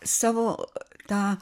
savo tą